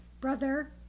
brother